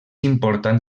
important